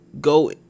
go